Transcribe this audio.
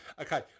Okay